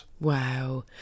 Wow